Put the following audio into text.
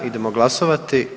Idemo glasovati.